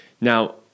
now